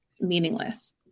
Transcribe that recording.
meaningless